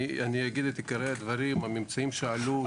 אגיד את עיקרי הדברים, את הממצאים שעלו.